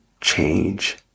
change